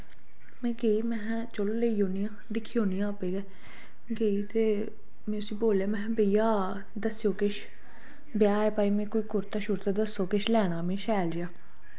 में गेई महैं चलो लेई औन्नी आं दिक्खी औन्नी आं आपें गै गेई ते में उसी बोल्लेआ महैं भेईया दस्सेओ किश ब्याह् ऐ भाई में कोई कुर्ता शुर्ता दस्सो किश लैना मैं शैल जेहा